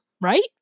right